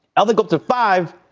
they got to five